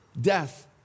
death